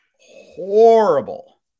Horrible